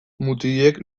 mutilek